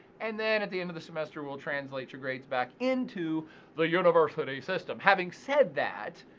and then at the end of the semester we'll translate your grades back into the university system. having said that,